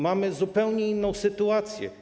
Mamy zupełnie inną sytuację.